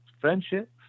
friendship